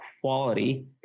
quality